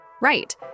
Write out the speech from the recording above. Right